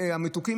המתוקים,